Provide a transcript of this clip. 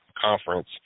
conference